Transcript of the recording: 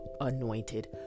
anointed